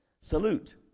Salute